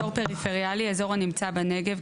""אזור פריפריאלי" אזור הנמצא בנגב,